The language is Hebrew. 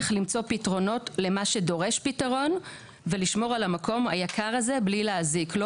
למצוא פתרונות למה שדורש פתרון ונשמור על המקום היקר הזה בלי להזיק לו",